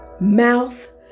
mouth